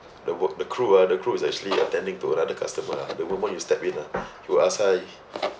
the work the crew ah the crew is actually attending to another customer ah the moment you step in ah they will ask hi